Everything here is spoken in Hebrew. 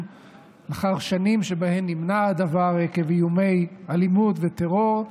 לאחר שנים שבהן נמנע הדבר עקב איומי אלימות וטרור,